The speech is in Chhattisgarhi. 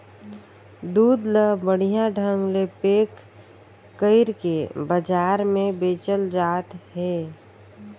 दूद ल बड़िहा ढंग ले पेक कइरके बजार में बेचल जात हे